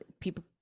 people